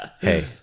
hey